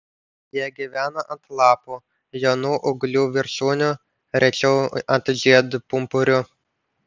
jie gyvena ant lapų jaunų ūglių viršūnių rečiau ant žiedpumpurių